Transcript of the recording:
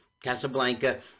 Casablanca